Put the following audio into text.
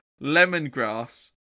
lemongrass